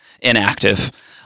inactive